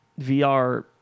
VR